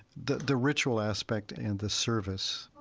the the ritual aspect and the service